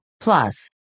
plus